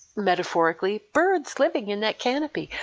metaphorically, birds living in that canopy.